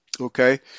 okay